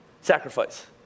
sacrifice